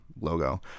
logo